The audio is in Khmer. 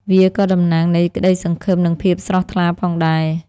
វាក៏តំណាងនៃក្តីសង្ឃឹម និងភាពស្រស់ថ្លាផងដែរ។